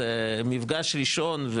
זה מפגש ראשון,